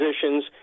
positions